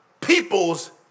people's